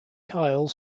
kyle